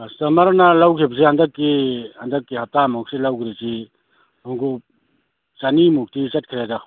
ꯀꯁꯇꯃꯔꯅ ꯂꯧꯈꯤꯕꯁꯤ ꯍꯟꯗꯛꯀꯤ ꯍꯟꯗꯛꯀꯤ ꯍꯞꯇꯥꯃꯨꯛꯁꯤ ꯂꯧꯒ꯭ꯔꯤꯁꯤ ꯈꯣꯡꯎꯞ ꯆꯅꯤꯃꯨꯛꯇꯤ ꯆꯠꯈ꯭ꯔꯦꯗ